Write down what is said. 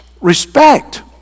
Respect